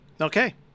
Okay